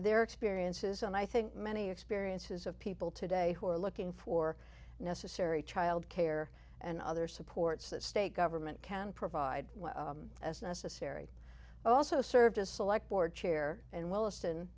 are experiences and i think many experiences of people today who are looking for necessary child care and other supports that state government can provide as necessary also served as select board chair and w